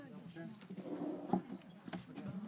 הישיבה נעולה.